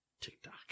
TikTok